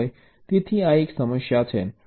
તેથી આ એક સમસ્યા છે